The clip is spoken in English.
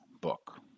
book